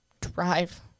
drive